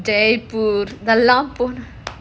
jaipur இதெல்லாம்:idhellam